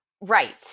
Right